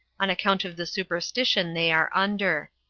on account of the superstition they are under.